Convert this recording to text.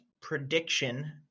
prediction